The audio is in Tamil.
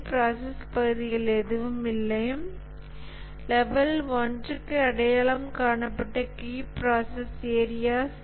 ப்ராசஸ் பகுதிகள் எதுவும் இல்லை லெவல் 1 க்கு அடையாளம் காணப்பட்ட key process areas Key Process Areas